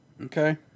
Okay